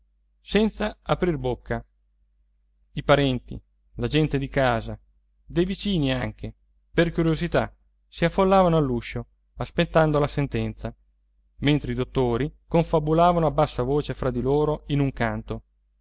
senza aprir bocca i parenti la gente di casa dei vicini anche per curiosità si affollavano all'uscio aspettando la sentenza mentre i dottori confabulavano a bassa voce fra di loro in un canto